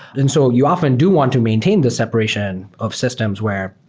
and so you often do want to maintain the separation of systems where,